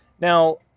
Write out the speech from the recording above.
Now